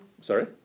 Sorry